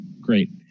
Great